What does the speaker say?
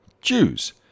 Jews